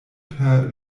per